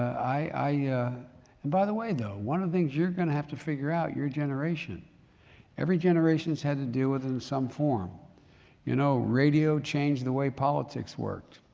i, i and by the way though, one of the things you're going to have to figure out, your generation every generation has had to deal with it in some form you know, radio changed the way politics worked,